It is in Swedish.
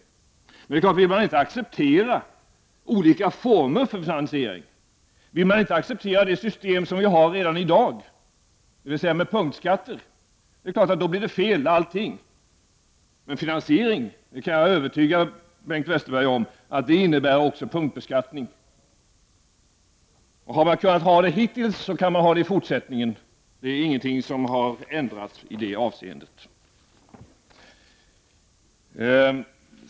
Det är klart att vill man inte acceptera olika former för finansiering, och vill man inte acceptera det system som vi har i dag, dvs. med punktskatter, blir det naturligtvis fel med allting. Men Bengt Westerberg kan vara övertygad om att finansieringen också kommer att ske i form av punktskatter. Har man kunnat ha det så hittills, så kan man också ha det i fortsättningen. Ingenting har ändrats i det avseendet.